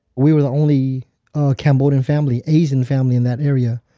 we were the only cambodian family, asian family in that area.